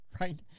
Right